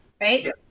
Right